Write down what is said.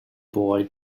boy